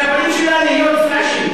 והפנים שלה נהיות flushing,